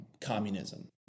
communism